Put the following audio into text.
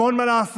המון מה לעשות,